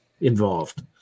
involved